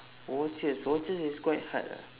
watches watches is quite hard lah